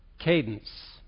cadence